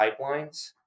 pipelines